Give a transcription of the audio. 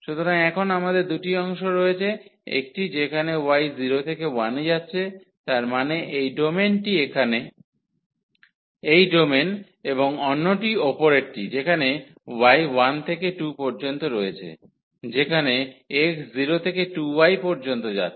সুতরাং এখন আমাদের দুটি অংশ রয়েছে একটি যেখানে y 0 থেকে 1 এ যাচ্ছে তার মানে এই ডোমেনটি এখানে এই ডোমেন এবং অন্যটি উপরেরটি যেখানে y 1 থেকে 2 পর্যন্ত রয়েছে যেখানে x 0 থেকে 2 y পর্যন্ত যাচ্ছে